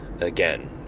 again